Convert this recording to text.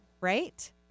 right